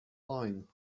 line